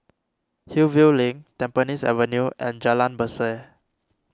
Hillview Link Tampines Avenue and Jalan Berseh